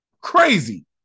Crazy